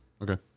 Okay